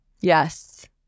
Yes